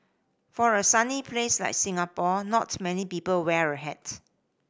for a sunny place like Singapore not many people wear a hat